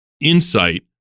insight